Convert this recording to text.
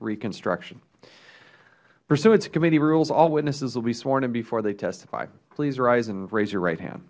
reconstruction pursuant to committee rules all witnesses will be sworn in before they testify please rise and raise your right hand